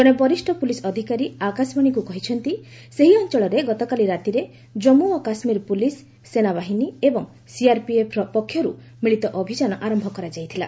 ଜଣେ ବରିଷ୍ଣ ପୁଲିସ୍ ଅଧିକାରୀ ଆକାଶବାଣୀକୁ କହିଛନ୍ତି ସେହି ଅଞ୍ଚଳରେ ଗତକାଲି ରାତିରେ ଜାମ୍ମୁ ଓ କାଶ୍ମୀର ପୁଲିସ୍ ସେନା ଏବଂ ସିଆର୍ପିଏଫ୍ ପକ୍ଷରୁ ମିଳିତ ଅଭିଯାନ ଆରମ୍ଭ କରାଯାଇଥିଲା